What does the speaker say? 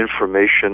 information